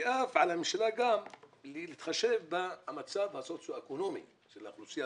ועל הממשלה להתחשב במצב הסוציו אקונומי של האוכלוסייה